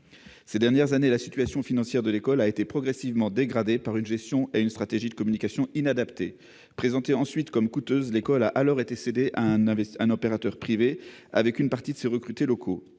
Ces dernières années, la situation financière de l'école a été progressivement dégradée par une gestion et une stratégie de communication inadaptées. Présentée ensuite comme coûteuse, l'école a été cédée à un opérateur privé, avec une partie de ses recrutés locaux.